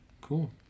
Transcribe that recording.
Cool